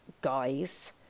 guys